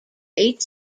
eight